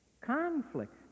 Conflict